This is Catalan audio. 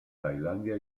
tailàndia